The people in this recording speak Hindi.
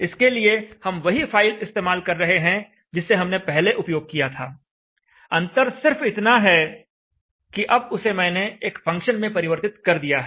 इसके लिए हम वही फाइल इस्तेमाल कर रहे हैं जिसे हमने पहले उपयोग किया था अंतर सिर्फ इतना है कि अब उसे मैंने एक फंक्शन में परिवर्तित कर दिया है